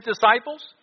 disciples